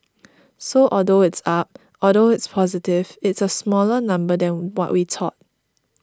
so although it's up although it's positive it's a smaller number than what we thought